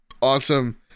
Awesome